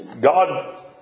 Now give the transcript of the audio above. God